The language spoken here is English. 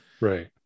Right